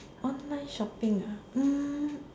online shopping ah hmm